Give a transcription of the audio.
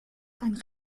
einen